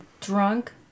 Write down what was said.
drunk